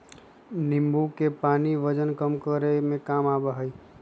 नींबू के पानी वजन कम करे में काम आवा हई